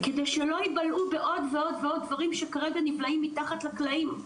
כדי שלא יבלעו בעוד ועוד דברים שכרגע נבלעים מתחת לקלעים.